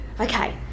Okay